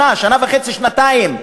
שנה, שנה וחצי, שנתיים.